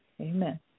Amen